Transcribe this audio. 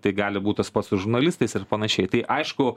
tai gali būt tas pats su žurnalistais ir panašiai tai aišku